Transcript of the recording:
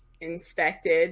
inspected